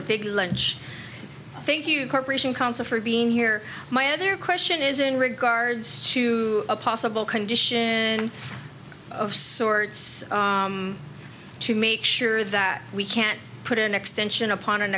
a big lunch thank you corporation counsel for being here my other question is in regards to a possible condition of sorts to make sure that we can't put an extension upon an